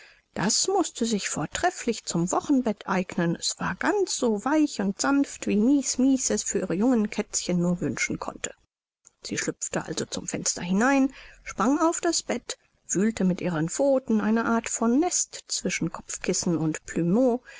das mußte sich vortrefflich zum wochenbett eignen es war ganz so weich und sanft wie mies mies es für ihre jungen kätzchen nur wünschen konnte sie schlüpfte also zum fenster hinein sprang auf das bett wühlte mit ihren pfoten eine art von nest zwischen kopfkissen und